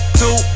two